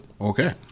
Okay